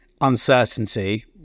uncertainty